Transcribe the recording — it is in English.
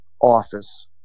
office